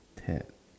Ted